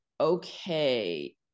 okay